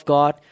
God